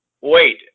wait